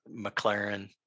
mclaren